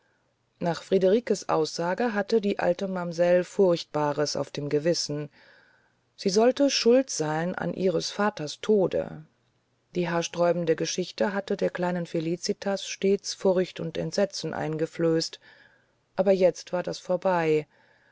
nach friederikes aussage hatte die alte mamsell furchtbares auf dem gewissen sie sollte schuld sein an ihres vaters tode die haarsträubende geschichte hatte der kleinen felicitas stets furcht und entsetzen eingeflößt aber jetzt war das vorbei